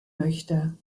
möchte